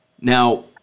Now